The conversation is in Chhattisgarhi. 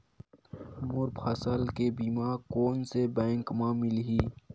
मोर फसल के बीमा कोन से बैंक म मिलही?